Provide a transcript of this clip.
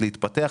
להתפתח,